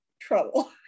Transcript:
trouble